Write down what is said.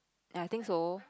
I think so